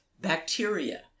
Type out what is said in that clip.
bacteria